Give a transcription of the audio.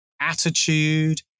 attitude